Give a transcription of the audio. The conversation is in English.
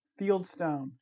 Fieldstone